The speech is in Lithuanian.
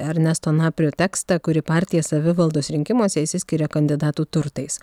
ernesto naprio tekstą kuri partija savivaldos rinkimuose išsiskiria kandidatų turtais